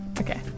Okay